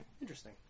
Interesting